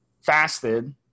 fasted